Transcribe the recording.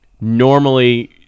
Normally